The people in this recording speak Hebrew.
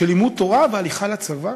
של לימוד תורה והליכה לצבא?